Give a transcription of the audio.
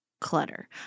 clutter